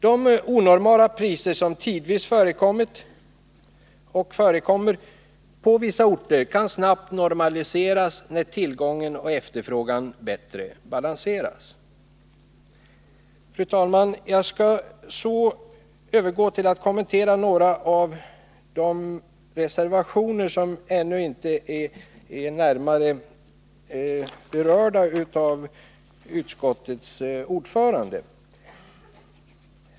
De onormala priser som tidvis förekommit och förekommer på vissa orter kan snabbt normaliseras när tillgång och efterfrågan bättre balanseras. Fru talman! Jag övergår nu till att kommentera några av de reservationer som inte närmare har berörts av utskottets ordförande.